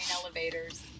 elevators